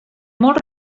molt